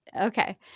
Okay